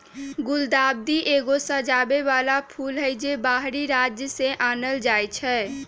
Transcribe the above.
गुलदाऊदी एगो सजाबे बला फूल हई, जे बाहरी राज्य से आनल जाइ छै